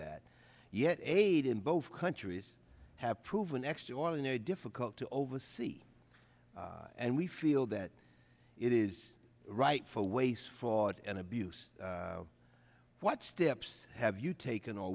that yet aid in both countries have proven extraordinarily difficult to oversee and we feel that it is right for waste fraud and abuse what steps have you taken or